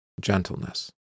gentleness